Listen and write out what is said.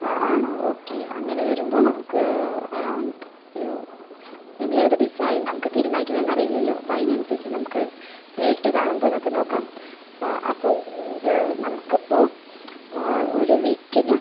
ആ ആണോ ഓക്കെ അങ്ങനെ വരുമ്പോൾ നമുക്ക് എറൗണ്ട് ഒരു നിങ്ങൾ ഏതാണ് ഡിസൈൻ നമുക്ക് തീരുമാനിക്കുന്നത് അറിയില്ലല്ലോ അപ്പം അതിനനുസരിച്ച് നമുക്ക് നേരിട്ട് കാണുമ്പോൾ നമുക്ക് നോക്കാം അപ്പോൾ ഇതിൻ്റെ നമുക്കിപ്പോൾ ഒരു വീക്കിന്